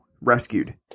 rescued